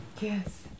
Yes